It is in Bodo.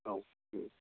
औ